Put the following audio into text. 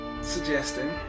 suggesting